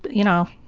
you know,